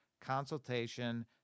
consultation